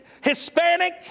Hispanic